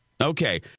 okay